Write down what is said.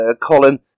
Colin